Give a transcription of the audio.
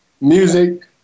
music